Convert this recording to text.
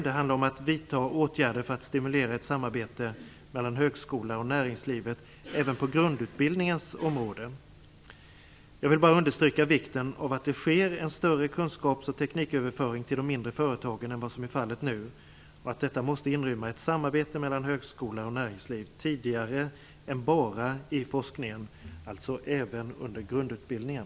Det handlar om att vidta åtgärder för att stimulera ett samarbete mellan högskola och näringsliv även på grundutbildningens område. Jag vill bara understryka vikten av att det sker en större kunskaps och tekniköverföring till de mindre företagen än vad som är fallet nu och att detta måste inrymma ett tidigare samarbete mellan högskola och näringsliv och inte bara i forskningen, alltså även under grundutbildningen.